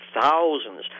thousands